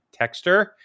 Texter